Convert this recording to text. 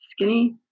skinny